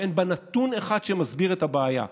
שאין בה נתון אחד שמסביר את הבעיה,